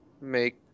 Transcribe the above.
make